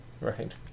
right